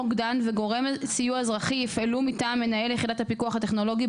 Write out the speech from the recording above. מוקדן וגורם סיוע אזרחי יפעלו מטעם מנהל יחידת הפיקוח הטכנולוגי,